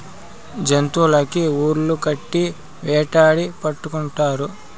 జంతులకి ఉర్లు కట్టి వేటాడి పట్టుకుంటారు